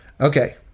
okay